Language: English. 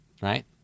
right